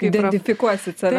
identifikuosit save